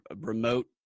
remote